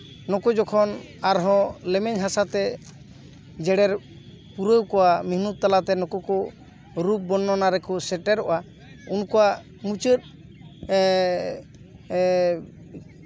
ᱱᱩᱠᱩ ᱡᱚᱠᱷᱚᱱ ᱟᱨᱦᱚᱸ ᱞᱮᱢᱮᱧ ᱦᱟᱥᱟ ᱛᱮ ᱡᱮᱨᱮᱲ ᱯᱩᱨᱟᱹᱣ ᱠᱚᱣᱟ ᱢᱤᱱᱩ ᱛᱟᱞᱟ ᱛᱮ ᱱᱩᱠᱩ ᱠᱚ ᱨᱩᱯ ᱵᱚᱨᱱᱚᱱᱟ ᱨᱮᱠᱚ ᱥᱮᱴᱮᱨᱚᱜᱼᱟ ᱩᱱᱠᱩᱣᱟᱜ ᱢᱩᱪᱟᱹᱫ ᱮ ᱮ